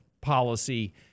policy